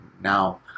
now